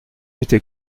était